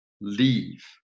leave